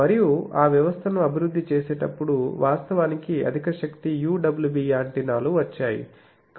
మరియు ఆ వ్యవస్థను అభివృద్ధి చేసేటప్పుడు వాస్తవానికి అధిక శక్తి UWB యాంటెన్నాలు వచ్చాయి